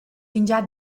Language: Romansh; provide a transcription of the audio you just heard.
fingià